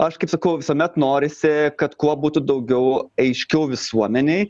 aš kaip sakau visuomet norisi kad kuo būtų daugiau aiškiau visuomenei